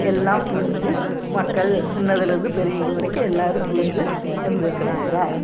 எல்லாம் புரிஞ்சு மக்கள் சின்னதுலந்து பெரியவங்க வரைக்கும் எல்லாரும் புரிஞ்சு இருந்து இருக்குறாங்க